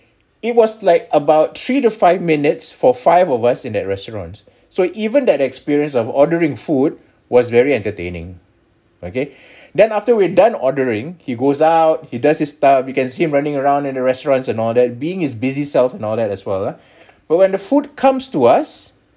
it was like about three to five minutes for five of us in that restaurant so even that experience of ordering food was very entertaining okay then after we are done ordering he goes out he does his stuff you can see them running around in a restaurants and all that being is busy self and all that as wel but when the food comes to us